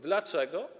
Dlaczego?